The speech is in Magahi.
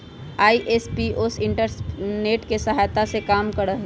आई.एम.पी.एस इंटरनेट के सहायता से काम करा हई